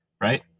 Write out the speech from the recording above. right